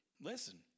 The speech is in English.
listen